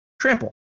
Trample